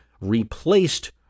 replaced